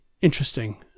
interesting